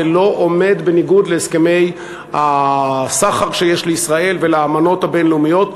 זה לא עומד בניגוד להסכמי הסחר שיש לישראל ולאמנות הבין-לאומיות.